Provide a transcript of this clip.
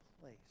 place